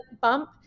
bump